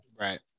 right